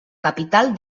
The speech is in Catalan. capital